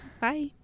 Bye